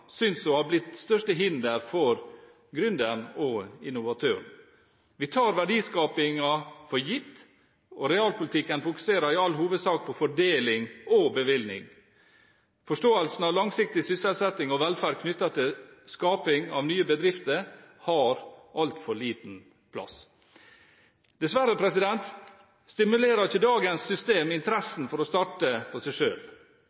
synes å ha blitt det største hinderet for gründeren og innovatøren. Vi tar verdiskapingen for gitt, og realpolitikken fokuserer i all hovedsak på fordeling og bevilgning. Forståelsen av langsiktig sysselsetting og velferd knyttet til skaping av nye bedrifter har altfor liten plass. Dessverre stimulerer ikke dagens system interessen for å starte for seg